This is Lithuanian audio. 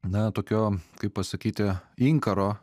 na tokio kaip pasakyti inkaro